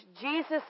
Jesus